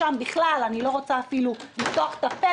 שם בכלל אני לא רוצה אפילו לפתוח את הפה